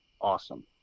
awesome